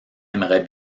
aimerait